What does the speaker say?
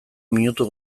minutu